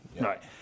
Right